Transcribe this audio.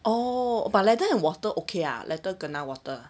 oh but leather and water okay ah leather kena water